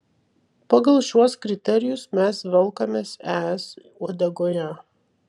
pagal šiuos kriterijus mes velkamės es uodegoje